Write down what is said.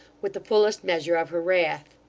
with the fullest measure of her wrath.